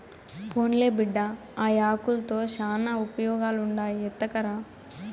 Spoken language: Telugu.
పోన్లే బిడ్డా, ఆ యాకుల్తో శానా ఉపయోగాలుండాయి ఎత్తకరా